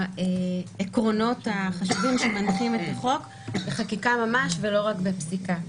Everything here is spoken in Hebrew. העקרונות החשובים שמנחים את החוק בחקיקה ממש ולא רק בפסיקה.